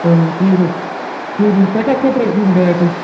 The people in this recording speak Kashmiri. تۄہہِ کَتھ خٲطرٕ حظ چھو یِم بیٹ حظ